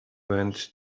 went